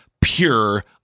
pure